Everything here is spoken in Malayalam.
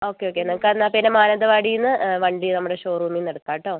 ഓക്കെ ഓക്കെ നിങ്ങൾക്ക് എന്നാൽ പിന്നെ മാനന്തവാടിയിൽനിന്ന് വണ്ടി നമ്മുടെ ഷോറൂമിൽ നിന്നെടുക്കാം കേട്ടോ